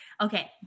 Okay